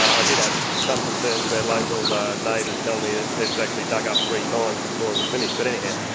i did have like some concerns about local neighbours telling me it was actually dug up three times before it was finished, but anyhow.